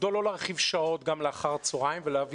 מדוע לא להרחיב שעות גם לאחר הצוהריים ולהביא